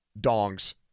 dongs